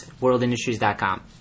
WorldIndustries.com